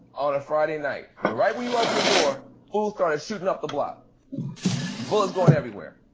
on a friday night and right when you open the door fools started shooting up the block bullets going everywhere.